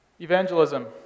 Evangelism